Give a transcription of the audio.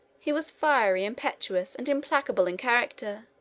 he was fiery, impetuous, and implacable in character,